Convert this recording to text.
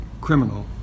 criminal